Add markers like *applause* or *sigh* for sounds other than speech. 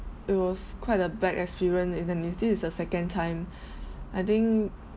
it was quite a bad experience and then this is the second time *breath* I think